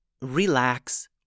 Relax